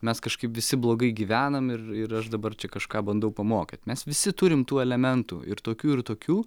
mes kažkaip visi blogai gyvenam ir ir aš dabar čia kažką bandau pamokyt mes visi turim tų elementų ir tokių ir tokių